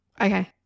Okay